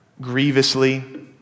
grievously